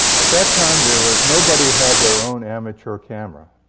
at that time, there was nobody had their own amateur camera.